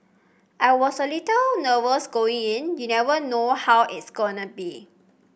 I was a little nervous going in you never know how it's going to be